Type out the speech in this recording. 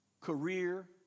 career